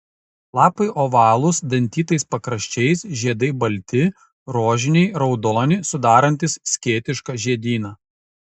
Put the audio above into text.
lapai ovalūs dantytais pakraščiais žiedai balti rožiniai raudoni sudarantys skėtišką žiedyną